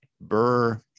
Burr